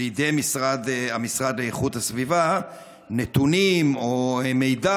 לידי המשרד לאיכות הסביבה נתונים או מידע